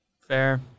Fair